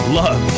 love